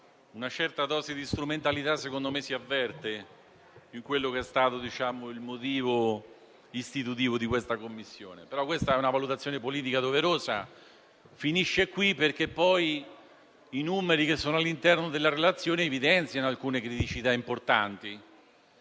una certa dose di strumentalità secondo me si avverte nel motivo istitutivo di questa Commissione. Questa è una valutazione politica doverosa, ma che finisce qui, perché poi i numeri che sono all'interno della relazione evidenziano alcune criticità importanti